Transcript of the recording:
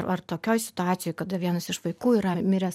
ar tokioj situacijoj kada vienas iš vaikų yra miręs